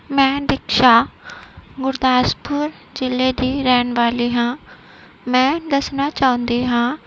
ਮੈਂ ਦਿਕਸ਼ਾ ਗੁਰਦਾਸਪੁਰ ਜਿਲੇ ਦੀ ਰਹਿਣ ਵਾਲੀ ਹਾਂ ਮੈਂ ਦੱਸਣਾ ਚਾਹੁੰਦੀ ਹਾਂ